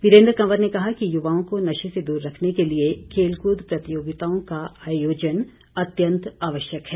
वीरेंद्र कंवर ने कहा कि युवाओं को नशे से दूर रखने के लिए खेलकूद प्रतियोगिताओं का आयोजन अत्यंत आवश्यक है